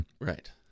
Right